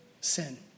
sin